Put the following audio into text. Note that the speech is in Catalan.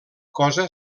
cosa